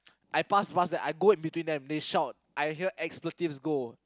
I pass fast then I go in between them they shout I hear expletives go